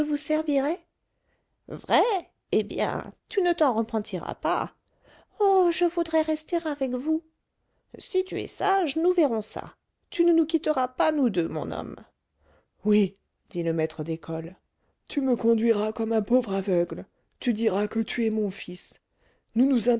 servirai vrai eh bien tu ne t'en repentiras pas oh je voudrais rester avec vous si tu es sage nous verrons ça tu ne nous quitteras pas nous deux mon homme oui dit le maître d'école tu me conduiras comme un pauvre aveugle tu diras que tu es mon fils nous nous